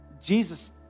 Jesus